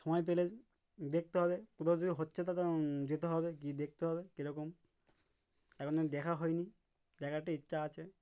সময় পেলে দেখতে হবে কোথাও যদি হচ্ছে তাতে যেতে হবে কী দেখতে হবে কীরকম এখন দেখা হয়নি দেখাটা ইচ্ছা আছে